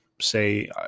say